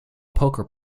poker